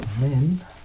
Men